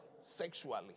sexually